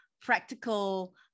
practical